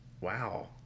Wow